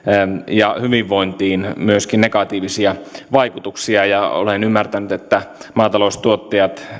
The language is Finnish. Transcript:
ja hyvinvointiin myöskin negatiivisia vaikutuksia olen ymmärtänyt että maataloustuottajat